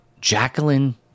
Jacqueline